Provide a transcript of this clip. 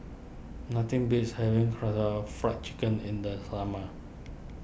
nothing beats having Karaage Fried Chicken in the summer